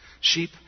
Sheep